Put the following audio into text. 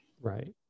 Right